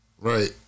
Right